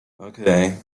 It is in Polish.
okej